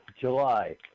July